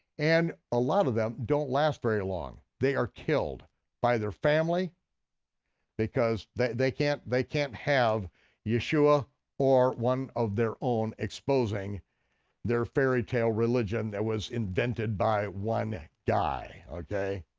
and a lot of them don't last very long. they are killed by their family because they can't they can't have yeshua or one of their own exposing their fairy tale religion that was invented by one guy, okay.